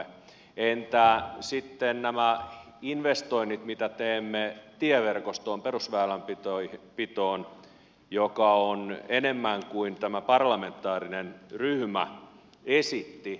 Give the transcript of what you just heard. entä sitten nämä investoinnit mitä teemme tieverkostoon perusväylänpitoon joka on enemmän kuin tämä parlamentaarinen ryhmä esitti